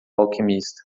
alquimista